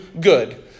good